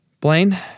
Blaine